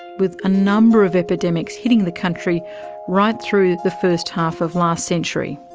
with a number of epidemics hitting the country right through the first half of last century.